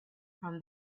from